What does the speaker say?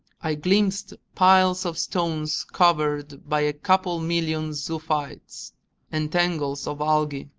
i glimpsed piles of stones covered by a couple million zoophytes and tangles of algae.